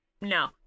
No